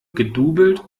gedoublet